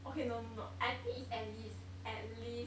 okay no no no I think it's at least at least